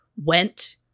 went